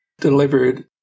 delivered